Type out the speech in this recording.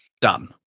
done